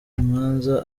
imanza